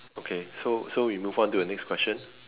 okay so so we move on to the next question